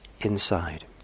inside